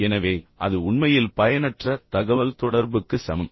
எனவே அது உண்மையில் பயனற்ற தகவல்தொடர்புக்கு சமம்